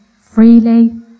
freely